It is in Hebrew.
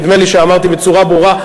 נדמה לי שאמרתי בצורה ברורה.